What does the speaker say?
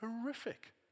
horrific